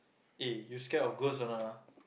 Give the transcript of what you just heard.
eh you scared of ghost or not ah